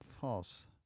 False